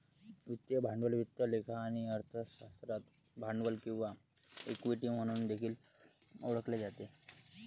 वित्तीय भांडवल वित्त लेखा आणि अर्थशास्त्रात भांडवल किंवा इक्विटी म्हणून देखील ओळखले जाते